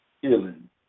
healing